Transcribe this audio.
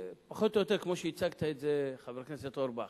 פחות או יותר כמו שהצגת את זה, חבר הכנסת אורבך,